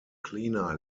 cleaner